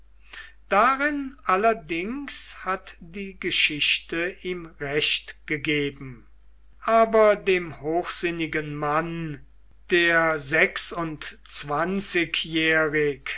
darin allerdings hat die geschichte ihm recht gegeben aber dem hochsinnigen mann der sechsundzwanzigjährig